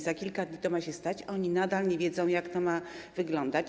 Za kilka dni ma to się stać, a oni nadal nie wiedzą, jak to ma wyglądać.